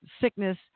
sickness